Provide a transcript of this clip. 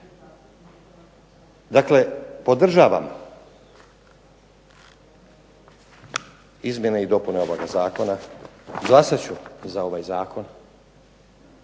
Dakle, podržavam izmjena i dopune ovoga zakona. Glasat ću za ovaj zakon.